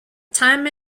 time